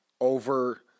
over –